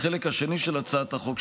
בחלק השני של הצעת החוק,